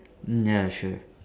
ya sure